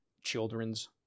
children's